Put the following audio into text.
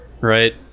right